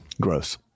Gross